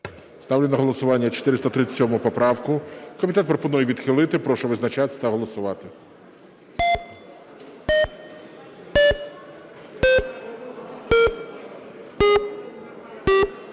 Ставлю на голосування 437 поправку. Комітет пропонує відхилити. Прошу визначатись та голосувати.